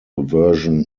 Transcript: version